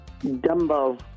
Dumbo